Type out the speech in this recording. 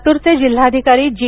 लातूरचे जिल्हाधिकारी जी